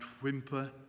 whimper